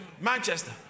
Manchester